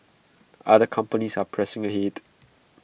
other companies are pressing ahead